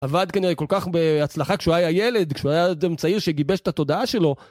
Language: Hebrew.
עבד כנראה כל כך בהצלחה כשהוא היה ילד, כשהוא היה אדם צעיר שגיבש את התודעה שלו.